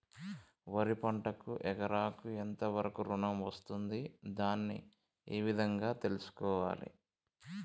వరి పంటకు ఎకరాకు ఎంత వరకు ఋణం వస్తుంది దాన్ని ఏ విధంగా తెలుసుకోవాలి?